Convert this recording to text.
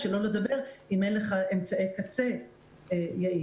שלא לדבר אם אין לך אמצעי קצה יעיל.